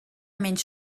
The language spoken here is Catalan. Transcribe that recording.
menys